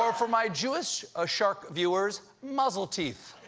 um for my jewish ah shark viewers, mazel-teeth!